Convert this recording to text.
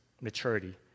maturity